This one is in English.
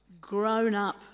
grown-up